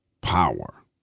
power